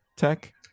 tech